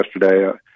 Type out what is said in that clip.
yesterday